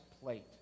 plate